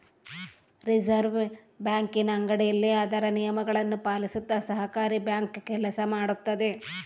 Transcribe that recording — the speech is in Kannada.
ರಿಸೆರ್ವೆ ಬ್ಯಾಂಕಿನ ಅಡಿಯಲ್ಲಿ ಅದರ ನಿಯಮಗಳನ್ನು ಪಾಲಿಸುತ್ತ ಸಹಕಾರಿ ಬ್ಯಾಂಕ್ ಕೆಲಸ ಮಾಡುತ್ತದೆ